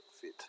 fit